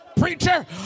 Preacher